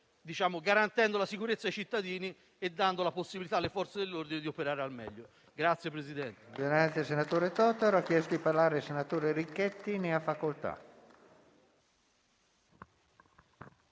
garantendo la sicurezza ai cittadini e dando la possibilità alle Forze dell'ordine di operare al meglio.